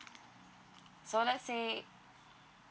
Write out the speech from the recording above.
so let's say